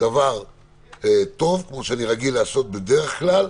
דבר טוב כמו שאני רגיל לעשות בדרך כלל.